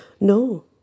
No